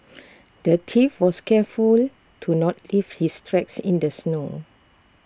the thief was careful to not leave his tracks in the snow